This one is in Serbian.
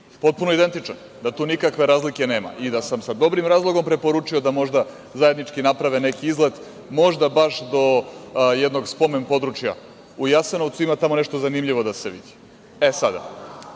potpuno identičan, da tu nikakve razlike nema i da sam sa dobrim razlogom preporučio da možda zajednički naprave neki izlet, možda baš do jednog spomen područja u Jasenovcu, ima tamo nešto zanimljivo da se vidi.(Gordana